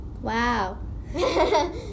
wow